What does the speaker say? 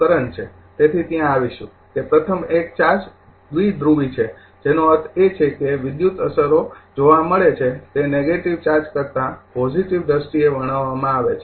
તેથી ત્યાં આવશું કે પ્રથમ એક ચાર્જ દ્વિધ્રુવી છે જેનો અર્થ છે કે ઇલેક્ટ્રિકલ અસરો જોવા મળે છે તે નેગેટિવ ચાર્જ કરતાં પોજીટીવ દ્રષ્ટિએ વર્ણવવામાં આવે છે